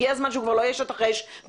הגיע הזמן שהוא כבר לא יהיה שטח אש באמצע